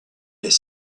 est